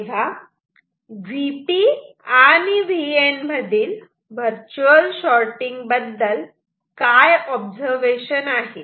तेव्हा Vp आणि Vn मधील वर्च्युअल शॉटिंग बद्दल काय ऑब्झर्वेशन आहे